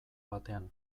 batean